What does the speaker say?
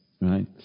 right